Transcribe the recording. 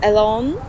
Alone